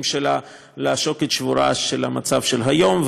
שלה לשוקת שבורה של המצב של היום,